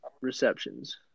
receptions